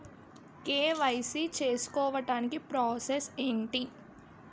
KYC చేసుకోవటానికి process ఏంటి?